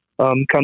come